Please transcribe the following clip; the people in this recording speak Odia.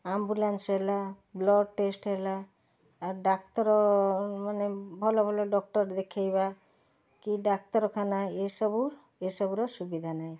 ଆମ୍ବୁଲାନ୍ସ ହେଲା ବ୍ଲଡ଼ ଟେଷ୍ଟ ହେଲା ଆଉ ଡାକ୍ତର ମାନେ ଭଲ ଭଲ ଡକ୍ଟର ଦେଖେଇବା କି ଡାକ୍ତରଖାନା ଏସବୁ ଏସବୁର ସୁବିଧା ନାହିଁ